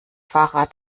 fahrrad